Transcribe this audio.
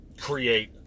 create